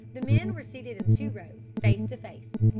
the men were seated in two rows, face to face.